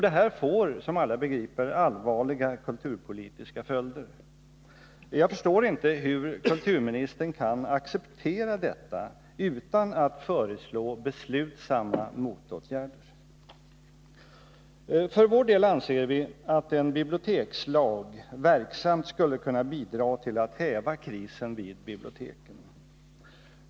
Detta får, som alla förstår, allvarliga kulturpolitiska följder. Jag förstår inte hur kulturministern kan acceptera detta utan att föreslå beslutsamma motåtgärder. För vår del anser vi att en bibliotekslag verksamt skulle kunna bidra till att häva krisen vid biblioteken.